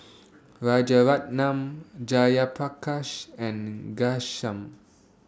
Rajaratnam Jayaprakash and Ghanshyam